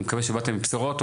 אני מקווה שבאת עם בשורות,